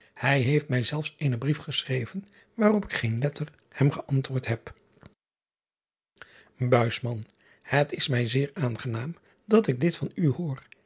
ij heeft mij zelfs eenen brief geschreven waarop ik geen letter hem geantwoord heb et is mij zeer aangenaam dat ik dit van u hoor